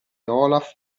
olaf